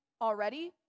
already